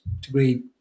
degree